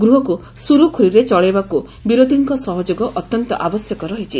ଗୃହକୁ ସୁରୁଖୁରୁରେ ଚଳାଇବାକୁ ବିରୋଧୀଙ୍କ ସହଯୋଗ ଅତ୍ୟନ୍ତ ଆବଶ୍ୟକ ରହିଛି